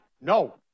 No